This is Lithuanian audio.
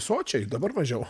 sočiai dabar mažiau